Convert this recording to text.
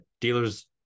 Dealers